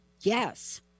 Yes